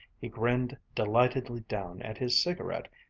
he grinned delightedly down at his cigarette,